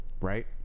right